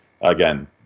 again